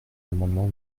l’amendement